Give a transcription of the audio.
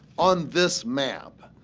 on this map,